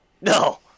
No